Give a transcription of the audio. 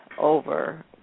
over